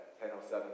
10.07